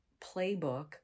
playbook